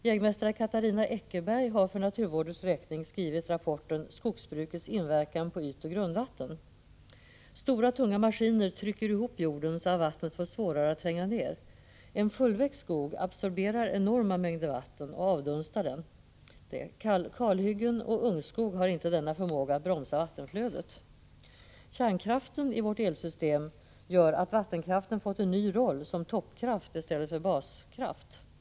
Jägmästare Katarina Eckerberg har för naturvårdsverkets räkning skrivit rapporten Skogsbrukets inverkan på ytoch grundvatten. Stora, tunga maskiner trycker ihop jorden så att vattnet får svårare att tränga ned. En fullväxt skog absorberar enorma mängder vatten och avdunstar det. Kalhyggen och ungskog har inte denna förmåga att bromsa vattenflödet. Kärnkraften i vårt elsystem gör att vattenkraften har fått en ny roll som toppkraft i stället för baskraft.